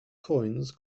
coins